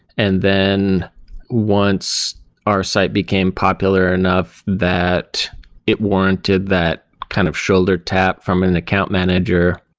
and then once our site became popular enough that it warranted that kind of shoulder tap from an account manager,